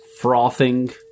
Frothing